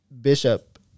Bishop